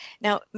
Now